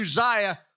Uzziah